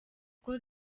kuko